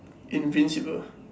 invisible